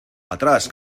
atrás